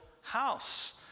house